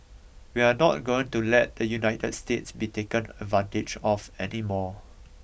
we are not going to let the United States be taken advantage of any more